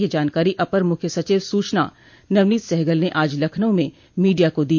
यह जानकारी अपर मुख्य सचिव सूचना नवनीत सहगल ने आज लखनऊ में मीडिया को दी